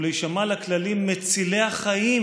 ולהישמע לכללים מצילי החיים,